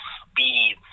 speed